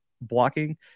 blocking